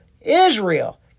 Israel